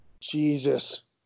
Jesus